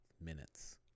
minutes